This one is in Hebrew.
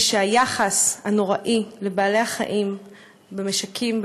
ושהיחס הנוראי לבעלי-החיים במשקים,